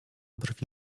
brwi